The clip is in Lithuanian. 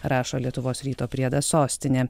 rašo lietuvos ryto priedas sostinė